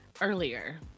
earlier